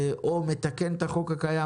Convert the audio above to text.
או מתקן את החוק הקיים,